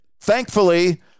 thankfully